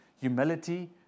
humility